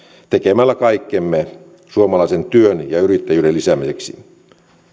tekemällä kaikkemme suomalaisen työn ja yrittäjyyden lisäämiseksi